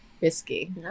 risky